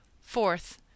Fourth